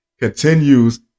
continues